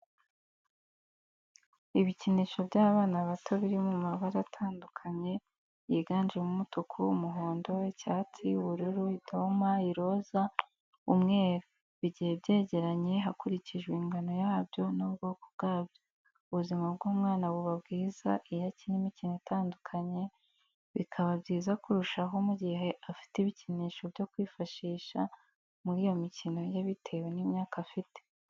Ibikinisho by'abana bato biri mu mabara atandukanye yiganjemo umutuku, umuhondo, icyatsi, ubururu, idoma, iroza, umweru, bigiye byegeranye hakurikijwe ingano yabyo n'ubwokobwabyo ubuzima bw'umwana buba bwiza iyo akina imikino itandukanye, bikaba byiza kurushaho mu gihe afite ibikinisho byo kwifashisha muri iyo mikino ye bitewe n'imyaka afite.